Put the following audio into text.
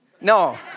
No